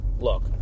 look